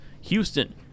Houston